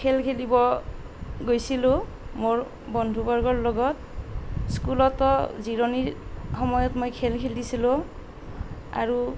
খেল খেলিব গৈছিলোঁ মোৰ বন্ধুবৰ্গৰ লগত স্কুলতো জিৰণিৰ সময়ত মই খেল খেলিছিলোঁ আৰু